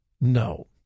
no